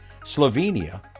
Slovenia